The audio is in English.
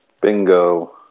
Bingo